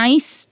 Nice